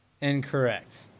Incorrect